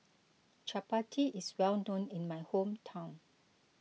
Chappati is well known in my hometown